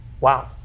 Wow